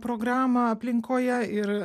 programą aplinkoje ir